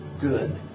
good